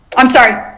i'm sorry